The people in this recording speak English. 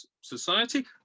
society